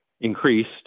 increased